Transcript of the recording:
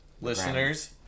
Listeners